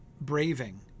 braving